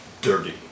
Dirty